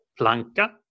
planka